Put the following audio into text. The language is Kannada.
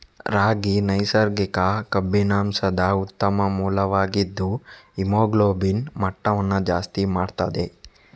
ರಾಗಿ ನೈಸರ್ಗಿಕ ಕಬ್ಬಿಣಾಂಶದ ಉತ್ತಮ ಮೂಲವಾಗಿದ್ದು ಹಿಮೋಗ್ಲೋಬಿನ್ ಮಟ್ಟವನ್ನ ಜಾಸ್ತಿ ಮಾಡ್ತದೆ